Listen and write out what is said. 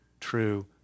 True